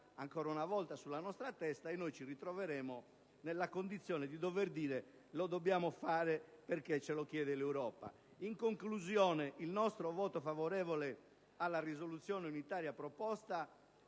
ancora una volta - sulla nostra testa e ci ritroveremo nella condizione di dover dire «lo dobbiamo fare perché ce lo chiede l'Europa». In conclusione, dichiaro il nostro voto favorevole alla risoluzione unitaria proposta,